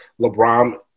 LeBron